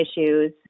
issues